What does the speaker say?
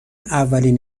اولین